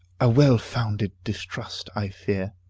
a well-founded distrust, i fear.